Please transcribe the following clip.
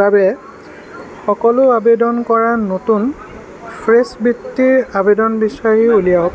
বাবে সকলো আবেদন কৰা নতুন ফ্ৰছ বৃত্তিৰ আবেদন বিচাৰি উলিয়াওক